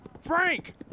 Frank